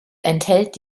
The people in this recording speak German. enthält